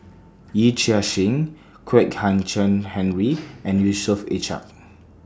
Yee Chia Hsing Kwek Hian Chuan Henry and Yusof Ishak